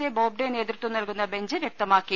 A Bobde നേതൃത്വം നൽകുന്ന bench വ്യക്തമാക്കി